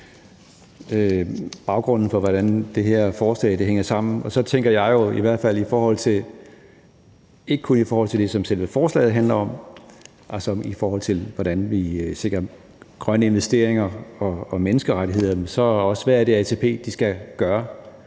baggrunden for, hvordan det her forslag hænger sammen, og så tænker jeg – ikke kun i forhold til det, som selve forslaget handler om, altså i forhold til hvordan vi sikrer grønne investeringer og menneskerettigheder, men også hvad det er, ATP skal gøre